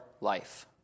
life